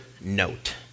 note